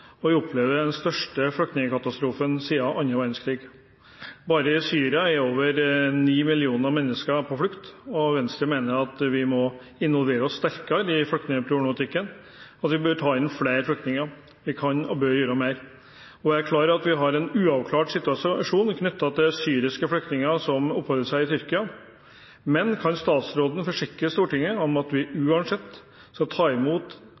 og vi opplever den største flyktningekatastrofen siden annen verdenskrig. Bare i Syria er over ni millioner mennesker på flukt, og Venstre mener at vi må involvere oss sterkere i flyktningeproblematikken, og at vi bør ta inn flere flyktninger. Vi kan og bør gjøre mer. Jeg er klar over at vi har en uavklart situasjon knyttet til syriske flyktninger som oppholder seg i Tyrkia, men kan statsråden forsikre Stortinget om at vi uansett skal ta imot